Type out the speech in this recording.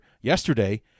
Yesterday